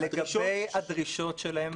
לגבי הדרישות שלהם,